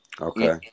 Okay